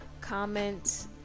comment